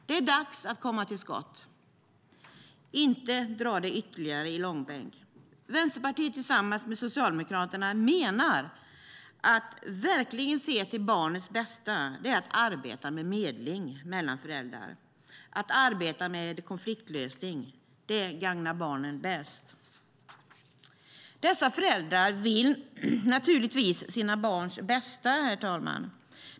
Det är dags att komma till skott. Man ska inte dra detta ytterligare i långbänk. Vänsterpartiet tillsammans med Socialdemokraterna menar att detta att verkligen se till barnets bästa är att arbeta med medling mellan föräldrar. Att arbeta med konfliktlösning är det som gagnar barnet bäst. Dessa föräldrar vill naturligtvis sina barns bästa, herr talman.